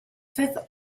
fifth